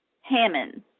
Hammond